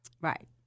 Right